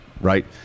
right